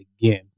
again